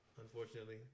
unfortunately